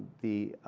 the